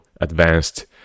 advanced